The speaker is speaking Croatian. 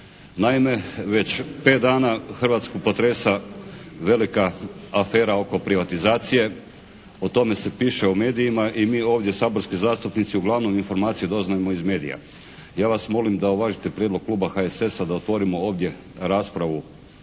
Naime već 5 dana Hrvatsku potresa velika afera oko privatizacije. O tome se piše u medijima i mi ovdje saborski zastupnici uglavnom informacije doznajemo iz medija. Ja vas molim da uvažite prijedlog Kluba HSS-a da otvorimo ovdje raspravu